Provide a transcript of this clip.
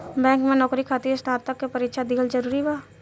Bank में नौकरी खातिर स्नातक के परीक्षा दिहल जरूरी बा?